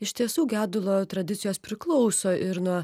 iš tiesų gedulo tradicijos priklauso ir nuo